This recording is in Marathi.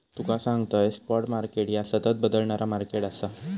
तुका सांगतंय, स्पॉट मार्केट ह्या सतत बदलणारा मार्केट आसा